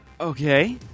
Okay